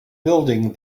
building